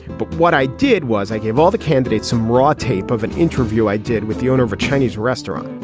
but what i did was i gave all the candidates some raw tape of an interview i did with the owner of a chinese restaurant.